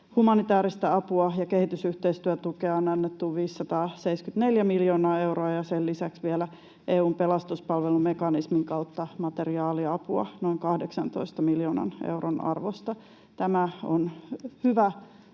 humanitaarista apua ja kehitysyhteistyötukea on annettu 574 miljoonaa euroa ja sen lisäksi vielä EU:n pelastuspalvelumekanismin kautta materiaaliapua noin 18 miljoonan euron arvosta. Tämä on hyvä